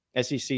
SEC